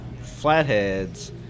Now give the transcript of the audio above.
flatheads